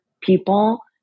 people